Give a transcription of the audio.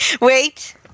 Wait